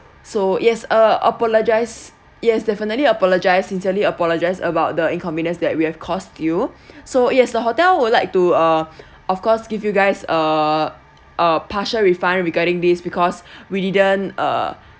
so yes uh apologize yes definitely apologize sincerely apologize about the inconvenience that we have caused you so yes the hotel would like to uh of course give you guys uh a partial refund regarding this because we didn't uh